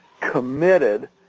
committed